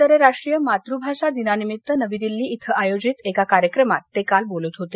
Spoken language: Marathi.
आंतरराष्ट्रीय मातृभाषा दिनानिमित्त नवी दिल्ली इथं आयोजित एका कार्यक्रमात ते काल बोलत होते